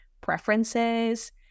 preferences